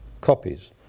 copies